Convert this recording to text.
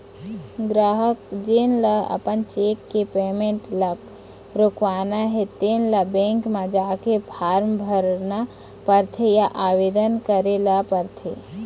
गराहक जेन ल अपन चेक के पेमेंट ल रोकवाना हे तेन ल बेंक म जाके फारम भरना परथे या आवेदन करे ल परथे